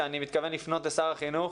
שאני מתכוון לפנות לשר החינוך